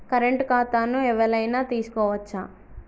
Current ఖాతాను ఎవలైనా తీసుకోవచ్చా?